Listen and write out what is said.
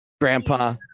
Grandpa